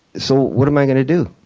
so what am i gonna do?